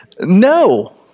no